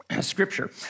Scripture